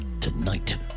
Tonight